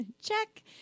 Check